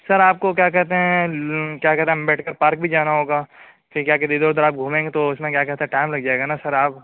سر آپ کو کیا کہتے ہیں کیا کہتے ہیں امبیڈکر پارک بھی جانا ہوگا پھر کیا کہتے ادھر ادھر آپ گھومیں گے تو اس میں کیا کہتے ہیں ٹائم لگ جائے گا نا سر آپ